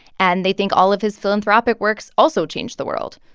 and they think all of his philanthropic works also changed the world.